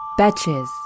betches